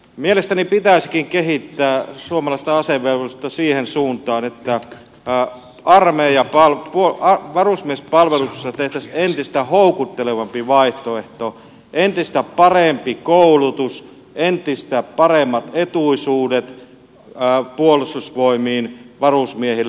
mielestäni pitäisikin kehittää suomalaista asevelvollisuutta siihen suuntaan että varusmiespalveluksesta tehtäisiin entistä houkuttelevampi vaihtoehto entistä parempi koulutus entistä paremmat etuisuudet puolustusvoimiin varusmiehille